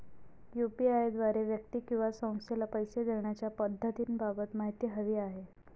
UPI द्वारे व्यक्ती किंवा संस्थेला पैसे देण्याच्या पद्धतींबाबत माहिती हवी आहे